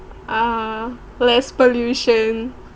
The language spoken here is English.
uh less pollution